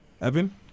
evan